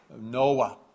Noah